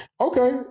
Okay